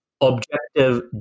objective